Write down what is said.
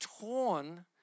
torn